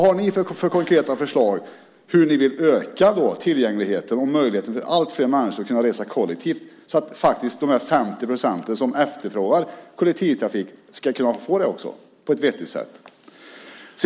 Hur vill ni öka tillgängligheten och möjligheten för allt fler människor att resa kollektivt så att dessa 50 procent som efterfrågar kollektivtrafik kan få det på ett vettigt sätt?